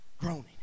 groaning